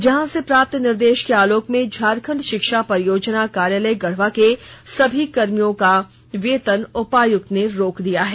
जहां से प्राप्त निर्देश के आलोक में झारखंड शिक्षा परियोजना कार्यालय गढ़वा के सभी कर्मियों का वेतन उपायुक्त ने रोक दिया है